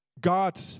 God